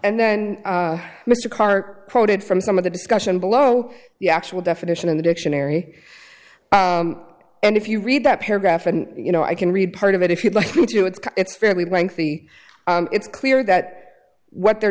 and then mr carr quoted from some of the discussion below the actual definition in the dictionary and if you read that paragraph and you know i can read part of it if you'd like to do it it's fairly lengthy it's clear that what they're